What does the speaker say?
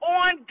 on